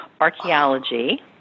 archaeology